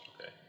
Okay